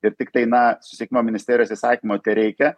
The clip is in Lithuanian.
ir tiktai na susisiekimo ministerijos įsakymo tereikia